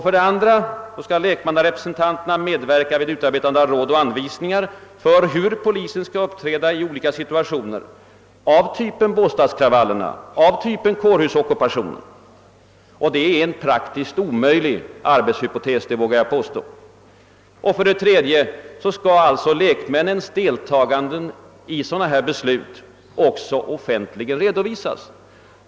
För det andra skall lekmannarepresentanterna medverka vid utarbetandet av råd och anvisningar för hur polisen skall uppträda i olika situationer av typen båstadskravallerna och kårhusockupationen — det är en praktiskt omöjlig arbetshypotes, det vågar jag påstå. För det tredje skall lekmännens deltagande i sådana här beslut offentligen redovisas.